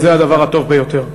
זה הדבר הטוב ביותר.